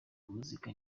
muzika